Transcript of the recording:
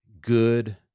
good